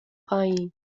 پایین